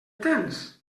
tens